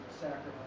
sacrifice